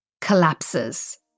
collapses